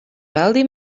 wealthy